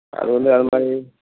அதுவந்து அதமாதிரி